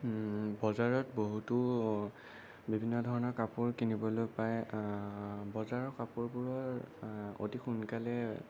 বজাৰত বহুতো বিভিন্ন ধৰণৰ কাপোৰ কিনিবলৈ পায় বজাৰৰ কাপোৰবোৰৰ অতি সোনকালে